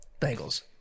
Bengals